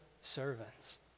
servants